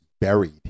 buried